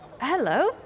Hello